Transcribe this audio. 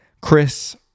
Chris